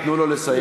תנו לו לסיים.